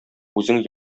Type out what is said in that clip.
үзең